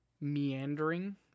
meandering